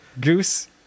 Goose